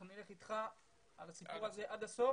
אנחנו נלך איתך על הסיפור הזה עד הסוף